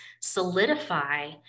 solidify